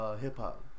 hip-hop